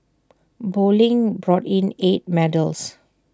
bowling brought in eight medals